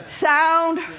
Sound